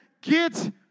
get